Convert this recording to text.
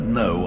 no